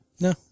No